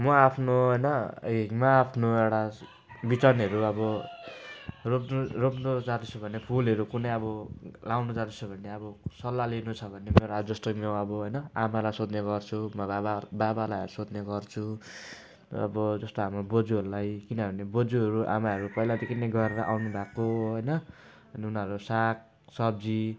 म आफ्नो होइन म आफ्नो एउटा बिजनहरू अब रोप्नु रोप्नु जाँदैछु भने फुलहरू कुनै अब लगाउनु जाँदैछु भने अब सल्लाह लिनुछ भने मेरो अब ज्येष्ठ नि हो अब होइन आमालाई सोध्ने गर्छु म बाबालाई सोध्ने गर्छु अब जस्तो हाम्रो बोजूहरूलाई किनभने बोजूहरू आमाहरू पहिलादेखि नै गरेर आउनु भएको होइन अनि उनीहरू सागसब्जी